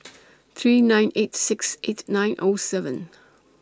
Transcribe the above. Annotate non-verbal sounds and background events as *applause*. *noise* three nine eight six eight nine O seven *noise*